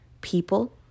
people